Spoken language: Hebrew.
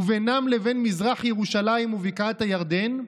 וביניהם לבין מזרח ירושלים ובקעת הירדן,